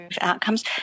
outcomes